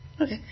Okay